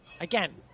Again